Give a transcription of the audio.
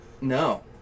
No